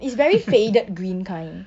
it's not it's very faded green kind